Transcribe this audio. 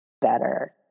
better